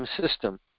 system